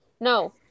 No